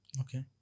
Okay